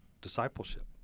discipleship